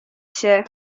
się